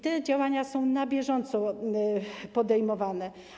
Te działania są na bieżąco podejmowane.